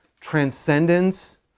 transcendence